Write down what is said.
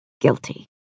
Guilty